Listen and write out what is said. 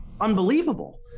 unbelievable